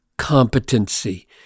competency